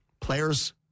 Players